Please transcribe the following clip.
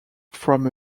from